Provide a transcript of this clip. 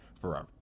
forever